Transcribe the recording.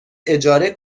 اجاره